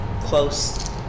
close